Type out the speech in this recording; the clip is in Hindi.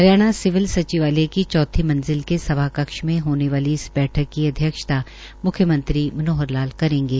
हरियाणा सिविल सचिवालय की चौथी मंजिला के सभा कक्ष में होने वाली इस बैठक की अध्यक्षता मुख्यमंत्री मनोहर लाल करेंगे